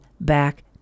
back